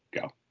go